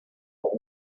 but